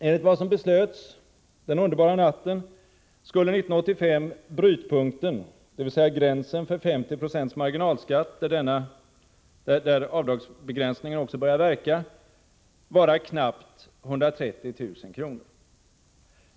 Enligt vad som beslöts den underbara natten skulle 1985 brytpunkten — dvs. gränsen för 50 70 marginalskatt, där avdragsbegränsningen också börjar verka — vara knappt 130 000 kr.